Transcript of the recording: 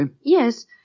Yes